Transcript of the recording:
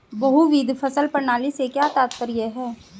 बहुविध फसल प्रणाली से क्या तात्पर्य है?